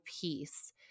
peace